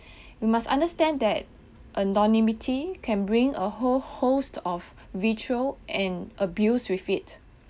we must understand that anonymity can bring a whole host of vitriol and abuse with it